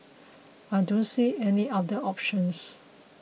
I don't see any other option